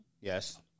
Yes